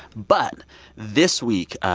but this week,